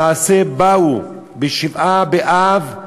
למעשה באו בשבעה באב.